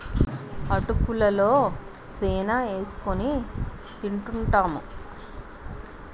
అటుకులు లో సీని ఏసుకొని తింటూంటాము